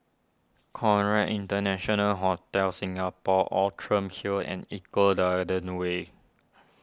Conrad International Hotel Singapore Outram Hill and Eco Garden Way